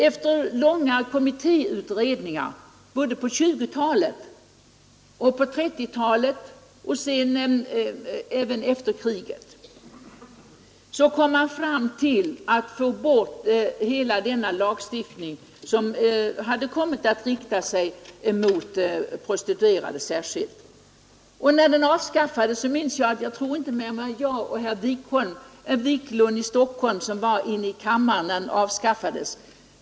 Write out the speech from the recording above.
Efier långvariga utredningar i kommittéer, såväl på 1920 och 1930-talen som efter kriget, kom man fram till att man skulle ta bort hela denna lagstiftning, som hade kommit att rikta sig särskilt mot prostituerade. Jag tror inte att det var fler än herr Wiklund i Stockholm och jag som var inne i kammaren när lagen avskaffades.